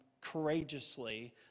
courageously